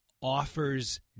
offers